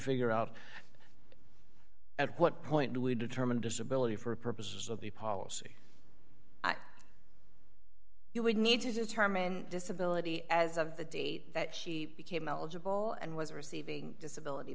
figure out at what point do we determine disability for purposes of the policy you would need to determine disability as of the date that she became eligible and was receiving disability